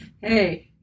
Hey